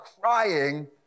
crying